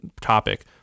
topic